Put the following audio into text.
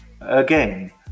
Again